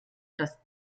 das